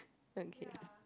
okay